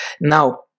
Now